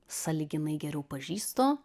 sąlyginai geriau pažįstu